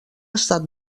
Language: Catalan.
estat